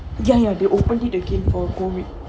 ya ya they opened it again for a whole week